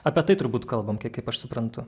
apie tai turbūt kalbam kaip aš suprantu